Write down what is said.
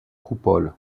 coupole